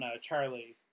charlie